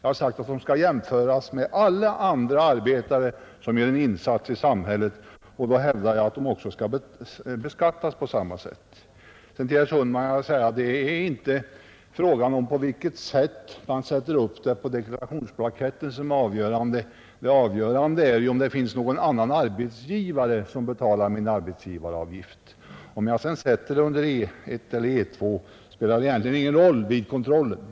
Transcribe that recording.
Jag har sagt att de skall jämföras med alla andra arbetare som gör en insats i samhället, och då hävdar jag att de skall beskattas på samma sätt som dessa. Det är inte på vilket sätt man sätter upp beloppet på deklarationsblanketten som är avgörande; det avgörande är ju om det finns någon annan arbetsgivare som betalar arbetsgivaravgiften. Om man sedan sätter upp inkomsten under El eller E2 spelar ändå ingen roll vid kontrollen.